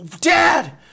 Dad